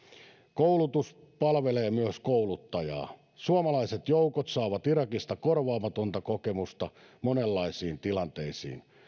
koulutus palvelee myös kouluttajaa suomalaiset joukot saavat irakista korvaamatonta kokemusta monenlaisiin tilanteisiin